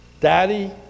Daddy